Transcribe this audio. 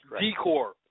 Decor